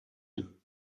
deux